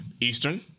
Eastern